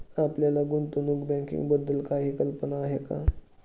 आपल्याला गुंतवणूक बँकिंगबद्दल काही कल्पना आहे का?